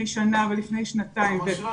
שנה ולפני שנתיים ו --- גם עכשיו,